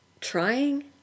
trying